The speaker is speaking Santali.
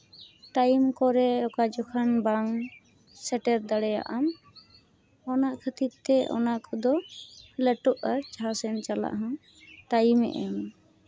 ᱴᱟᱹᱭᱤᱢ ᱠᱚᱨᱮᱜ ᱚᱠᱟ ᱡᱚᱠᱷᱚᱱ ᱵᱟᱝ ᱥᱮᱴᱮᱨ ᱫᱟᱲᱮᱭᱟᱜ ᱟᱢ ᱚᱱᱟ ᱠᱷᱟᱹᱛᱤᱨ ᱛᱮ ᱚᱱᱟ ᱠᱚᱫᱚ ᱞᱮᱴᱚᱜᱼᱟ ᱡᱟᱦᱟᱸ ᱥᱮᱜ ᱪᱟᱞᱟᱜ ᱫᱚ ᱴᱟᱭᱤᱢᱮ ᱮᱢ